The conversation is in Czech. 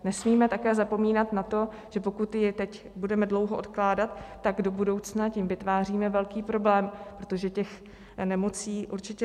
Nesmíme také zapomínat na to, že pokud ji teď budeme dlouho odkládat, tak do budoucna tím vytváříme velký problém, protože těch nemocí určitě neubude.